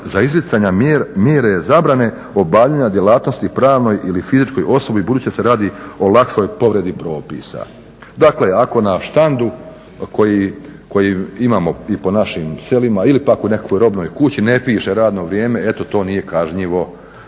za izricanje mjere zabrane obavljanja djelatnosti pravnoj ili fizičkoj osobi, budući da se radi o lakšoj povredi propisa. Dakle ako na štandu koji imamo i po našim selima ili pak u nekakvoj robnoj kući, ne piše radno vrijeme, eto to nije kažnjivo.